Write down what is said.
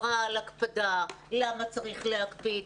על הקפדה, למה צריך להקפיד.